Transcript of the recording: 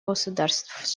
государств